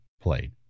played